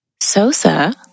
Sosa